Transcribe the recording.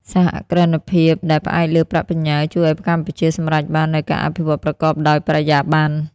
សហគ្រិនភាពដែលផ្អែកលើប្រាក់បញ្ញើ ជួយឱ្យកម្ពុជាសម្រេចបាននូវ "ការអភិវឌ្ឍប្រកបដោយបរិយាបន្ន"។